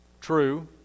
true